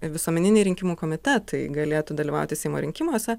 visuomeniniai rinkimų komitetai galėtų dalyvauti seimo rinkimuose